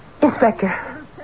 Inspector